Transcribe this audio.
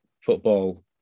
Football